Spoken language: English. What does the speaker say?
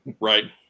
right